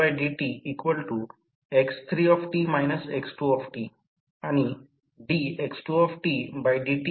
भाग BC म्हणून जर ते 11500 व्होल्ट असेल तर हे माझे X2 आहे येथे BC भाग आहे